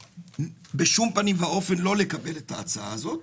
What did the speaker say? בשום פנים ואופן לא לקבל את ההצעה הזאת,